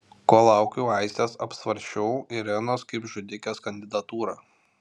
kol laukiau aistės apsvarsčiau irenos kaip žudikės kandidatūrą